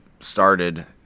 started